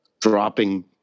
dropping